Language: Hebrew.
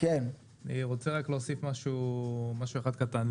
אני רוצה רק להוסיף משהו אחד קטן.